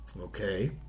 Okay